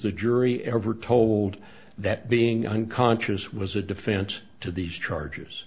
the jury ever told that being unconscious was a defense to these charge